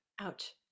ouch